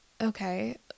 okay